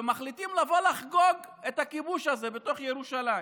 ומחליטים לבוא לחגוג את הכיבוש הזה בתוך ירושלים.